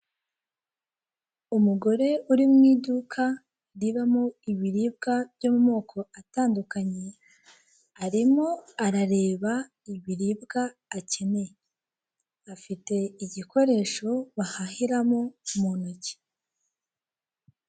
Umugore uri mu iduka ribamo ibiribwa byo mu moko atandukanye arimo arareba ibiribwa akeneye, afite igikoresho bahahiramo mu ntoki.